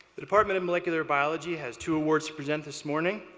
the department of molecular biology has two awards to present this morning.